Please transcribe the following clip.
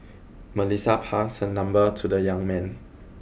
Melissa passed her number to the young man